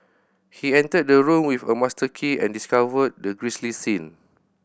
he entered the room with a master key and discovered the grisly scene